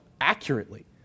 accurately